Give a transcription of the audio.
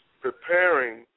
preparing